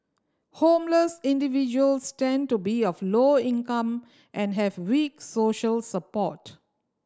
homeless individuals tend to be of low income and have weak social support